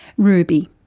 ruby.